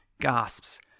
gasps